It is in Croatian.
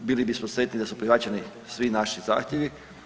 Bili bismo sretni da su prihvaćeni svi naši zahtjevi.